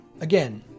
again